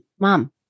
mom